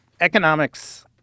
Economics